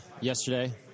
yesterday